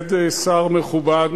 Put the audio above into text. עומד שר מכובד,